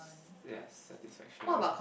yes satisfaction